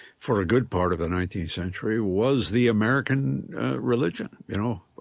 for a good part of the nineteenth century, was the american religion, you know.